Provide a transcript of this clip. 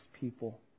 people